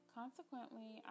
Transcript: consequently